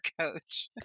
coach